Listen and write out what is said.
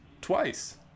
twice